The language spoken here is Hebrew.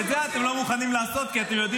אתם נהנים